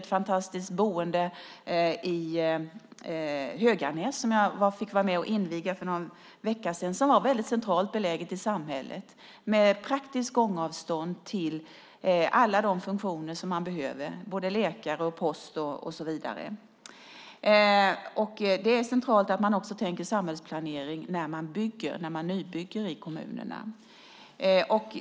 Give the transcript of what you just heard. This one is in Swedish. För några veckor sedan besökte jag och fick vara med och inviga ett fantastiskt boende i Höganäs. Det är väldigt centralt beläget i samhället med praktiskt gångavstånd till alla de funktioner som man behöver - läkare, post och så vidare. Det är centralt att man också tänker på samhällsplaneringen när man nybygger i kommunerna.